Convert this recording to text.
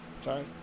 sorry